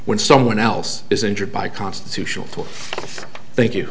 when someone else is injured by constitutional thank you